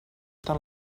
tant